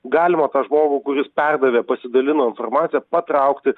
galima tą žmogų kuris perdavė pasidalino informacija patraukti